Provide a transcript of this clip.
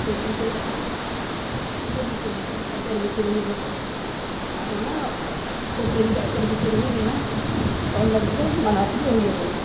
court ᱨᱮ ᱪᱟᱞᱟᱜ ᱠᱷᱟᱱ ᱚᱸᱰᱮ ᱵᱤᱪᱟᱹᱨᱟᱠᱚ ᱟᱪᱟᱨᱼᱵᱤᱪᱟᱹᱨ ᱢᱤᱫᱟᱠᱚ ᱟᱨ ᱚᱱᱟ ᱠᱳᱨᱴ ᱨᱮ ᱡᱩᱫᱤ ᱟᱪᱟᱨᱼᱵᱤᱪᱟᱹᱨ ᱢᱤᱫᱼᱮᱱᱟ ᱠᱟᱨᱚᱱ ᱚᱱᱟᱫᱚ ᱢᱟᱱᱟᱣᱛᱮᱜᱮ ᱦᱩᱭᱟᱵᱚᱱᱟ